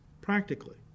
practically